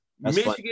Michigan